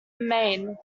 maine